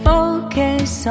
Focus